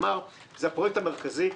כלומר זה הפרויקט המרכזי.